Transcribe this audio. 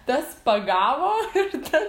tas pagavo ir ten